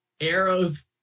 arrows